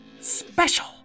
special